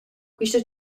quista